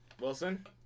Wilson